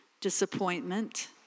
Disappointment